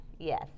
Yes